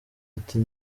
ati